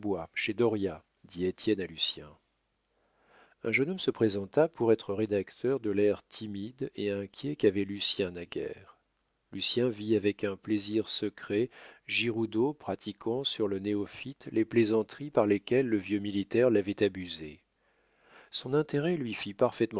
dauriat dit étienne à lucien un jeune homme se présenta pour être rédacteur de l'air timide et inquiet qu'avait lucien naguère lucien vit avec un plaisir secret giroudeau pratiquant sur le néophyte les plaisanteries par lesquelles le vieux militaire l'avait abusé son intérêt lui fit parfaitement